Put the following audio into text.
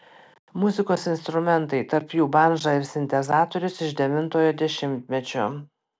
muzikos instrumentai tarp jų bandža ir sintezatorius iš devintojo dešimtmečio